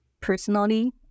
personally